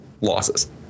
losses